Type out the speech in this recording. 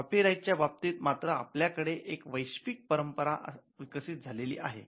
copyright च्या बाबतीत मात्र आपल्याकडे एक वैश्विक परंपरा विकसित झालेली आहे